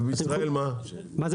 ובישראל מה היה?